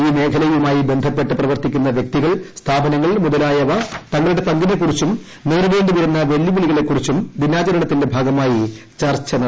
ഈ മേഖലയുമായി ബന്ധപ്പെട്ട് പ്രവർത്തിക്കുന്ന വൃക്തികൾ സ്ഥാപനങ്ങൾ മുതലായവ തങ്ങളുടെ പങ്കിനെക്കുറിച്ചും നേരിടേണ്ടി വരുന്ന വ്യെല്ലുവിളികളെക്കുറിച്ചും ദിനാചരണത്തിന്റെ ഭാഗമായി ചർച്ച ക്ഷിയ്ക്ക്